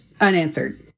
unanswered